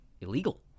illegal